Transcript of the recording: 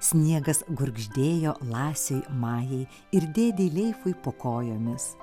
sniegas gurgždėjo lasei majai ir dėdei lechui po kojomis